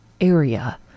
area